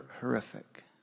horrific